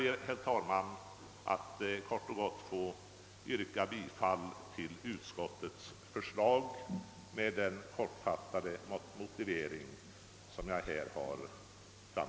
Med denna kortfattade motivering ber jag att få yrka bifall till utskottets hemställan.